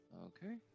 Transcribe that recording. Okay